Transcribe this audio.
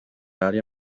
área